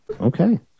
okay